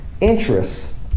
interests